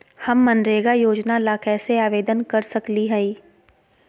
हम मनरेगा योजना ला कैसे आवेदन कर सकली हई?